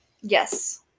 Yes